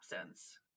absence